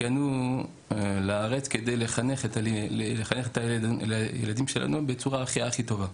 הגענו לארץ כדי לחנך את הילדים שלנו בצורה הכי טובה.